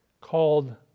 called